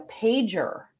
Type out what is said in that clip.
pager